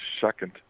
second